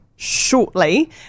shortly